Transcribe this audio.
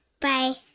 Bye